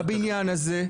בבניין הזה.